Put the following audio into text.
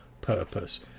purpose